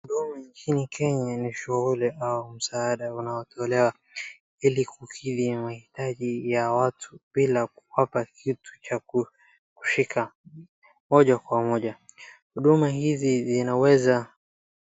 Huduma nchini Kenya ni shughuli au msaada unaotolewa ili kukidhi na mahitaji ya watu bila kuwapa kitu cha kushika moja kwa moja, huduma hizi zinaweza.